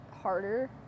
harder